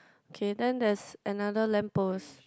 okay then there's another lamp post